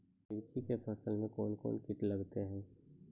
मिर्ची के फसल मे कौन कौन कीट लगते हैं?